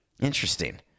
interesting